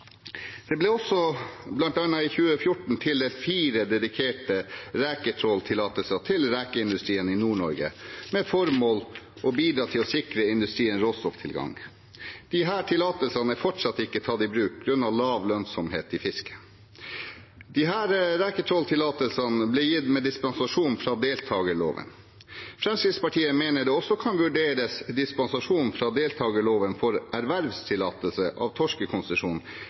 Det ble også, bl.a. i 2014, tildelt fire dedikerte reketråltillatelser til rekeindustrien i Nord-Norge, med det formål å bidra til å sikre industrien råstofftilgang. Disse tillatelsene er fortsatt ikke tatt i bruk på grunn av lav lønnsomhet i fisket. Disse reketråltillatelsene ble gitt med dispensasjon fra deltakerloven. Fremskrittspartiet mener det også kan vurderes dispensasjon fra deltakerloven for ervervstillatelse av torskekonsesjon